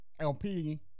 LP